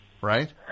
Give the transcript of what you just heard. Right